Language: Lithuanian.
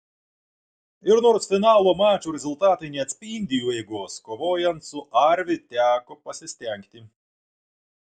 ir nors finalo mačų rezultatai neatspindi jų eigos kovojant su arvi teko pasistengti